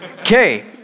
Okay